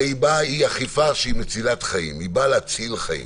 הרי היא אכיפה מצילת חיים, היא באה להציל חיים,